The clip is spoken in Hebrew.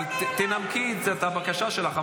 אבל תנמקי את הבקשה שלך.